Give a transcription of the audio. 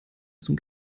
zum